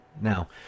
Now